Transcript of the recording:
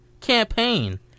Campaign